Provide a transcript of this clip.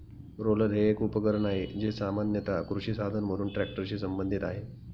roller हे एक उपकरण आहे, जे सामान्यत कृषी साधन म्हणून ट्रॅक्टरशी संबंधित आहे